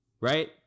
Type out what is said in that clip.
Right